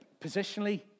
positionally